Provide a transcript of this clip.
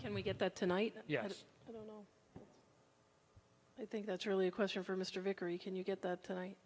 can we get that tonight yes i think that's really a question for mr vicary can you get that tonight